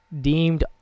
deemed